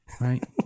Right